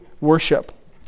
worship